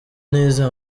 nize